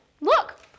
Look